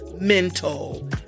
mental